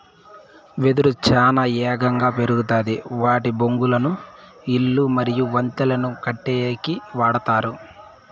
వెదురు చానా ఏగంగా పెరుగుతాది వాటి బొంగులను ఇల్లు మరియు వంతెనలను కట్టేకి వాడతారు